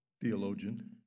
theologian